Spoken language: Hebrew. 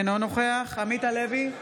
אינו נוכח עמית הלוי,